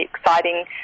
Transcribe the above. exciting